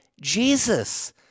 Jesus